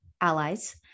allies